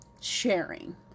sharing